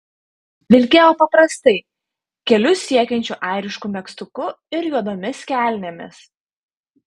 vilkėjo paprastai kelius siekiančiu airišku megztuku ir juodomis kelnėmis